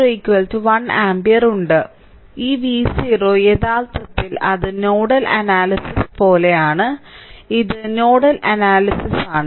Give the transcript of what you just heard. ഈ V V0 യഥാർത്ഥത്തിൽ അത് നോഡൽ അനാലിസിസ് പോലെയാണ് ഇത് നോഡൽ അനാലിസിസ് ആണ്